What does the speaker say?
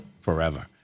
forever